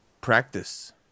practice